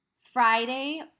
Friday